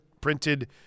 printed